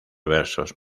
versos